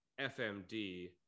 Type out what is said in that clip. FMD